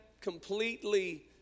completely